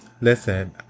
listen